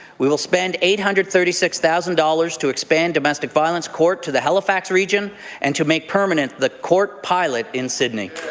we will spend eight hundred and thirty six thousand dollars to expand domestic violence court to the halifax region and to make permanent the court pilot in sydney.